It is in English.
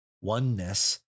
oneness